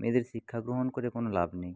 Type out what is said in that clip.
মেয়েদের শিক্ষাগ্রহণ করে কোনো লাভ নেই